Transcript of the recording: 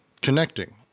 connecting